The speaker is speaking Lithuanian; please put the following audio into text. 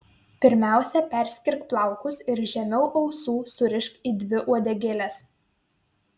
pirmiausia perskirk plaukus ir žemiau ausų surišk į dvi uodegėles